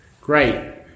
Great